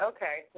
Okay